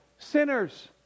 Sinners